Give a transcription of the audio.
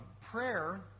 Prayer